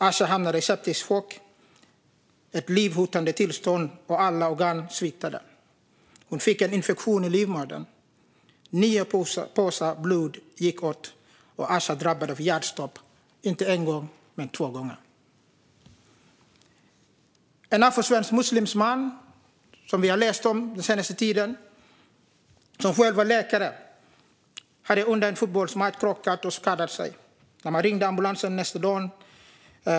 Asha hamnade i septisk chock. Det är ett livshotande tillstånd, och alla organ sviktade. Asha fick en infektion i livmodern. Nio påsar blod gick åt, och Asha drabbades av hjärtstopp inte en gång utan två gånger. En afrosvensk muslimsk man, som vi har läst om den senaste tiden, som själv var läkare, hade under en fotbollsmatch krockat och skadat sig. Nästa dag ringde man efter ambulans.